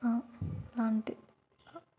లాంటి